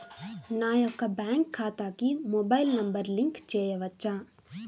నా యొక్క బ్యాంక్ ఖాతాకి మొబైల్ నంబర్ లింక్ చేయవచ్చా?